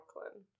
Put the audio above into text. Brooklyn